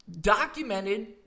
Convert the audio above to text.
documented